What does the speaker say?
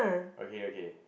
okay okay